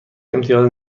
امتیاز